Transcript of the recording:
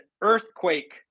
earthquake